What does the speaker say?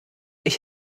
ich